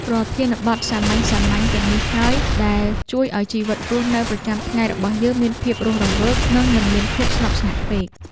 ប្រធានបទសាមញ្ញៗទាំងនេះហើយដែលជួយឱ្យជីវិតរស់នៅប្រចាំថ្ងៃរបស់យើងមានភាពរស់រវើក និងមិនមានភាពស្ងប់ស្ងាត់ពេក។